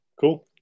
cool